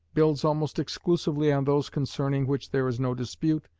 builds almost exclusively on those concerning which there is no dispute,